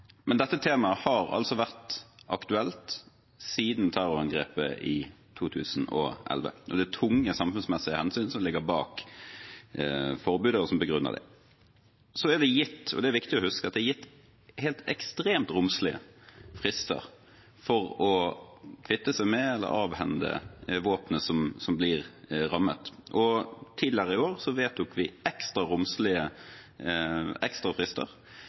Men dette temaet har altså vært aktuelt siden terrorangrepet i 2011. Det er tunge samfunnsmessige hensyn som ligger bak forbudet, og som begrunner det. Så er det viktig å huske at det er gitt helt ekstremt romslige frister for å kvitte seg med eller avhende våpen som blir rammet. Tidligere i år vedtok vi ekstra